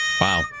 wow